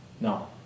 No